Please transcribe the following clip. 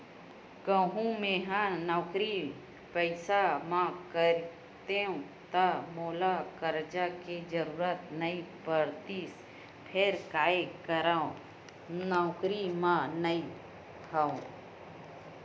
कहूँ मेंहा नौकरी पइसा म रहितेंव ता मोला करजा के जरुरत नइ पड़तिस फेर काय करव नउकरी म नइ हंव